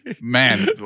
man